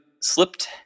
slipped